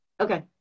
okay